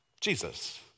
Jesus